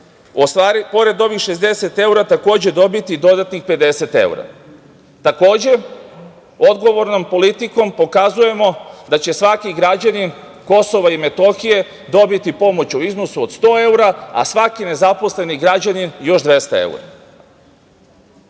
konsolidacije pored ovih 60 evra, takođe dobiti dodatnih 50 evra. Takođe, odgovornom politikom pokazujemo da će svaki građanin KiM dobiti pomoć u iznosu od 100 evra, a svaki nezaposleni građanin još 200